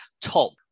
top